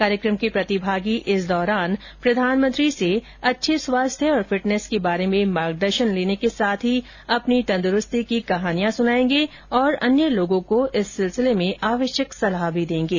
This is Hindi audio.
कार्यकम के प्रतिभागी इस दौरान प्रधानमंत्री से अच्छे स्वास्थ्य और फिटनेस के बारे में मार्गदर्शन लेने के साथ ही अपनी तंद्रूस्ती की कहानियां सुनाएंगे और अन्य लोगों को इस सिलसिले में आवश्यक सलाह भी देंगे